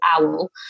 Owl